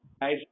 guys